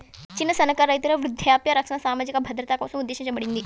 చిన్న, సన్నకారు రైతుల వృద్ధాప్య రక్షణ సామాజిక భద్రత కోసం ఉద్దేశించబడింది